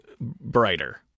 brighter